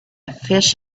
fish